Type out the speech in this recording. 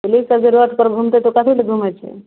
पुलिससब जे रोडपर घुमतै तऽ कथी ले घुमै छै